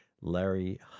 Larry